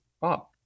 bob